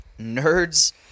nerds